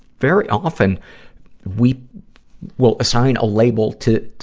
very often we will assign a label to,